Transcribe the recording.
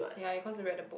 ya because you read the book